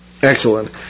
Excellent